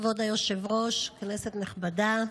כבוד היושב-ראש, כנסת נכבדה,